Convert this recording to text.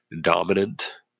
dominant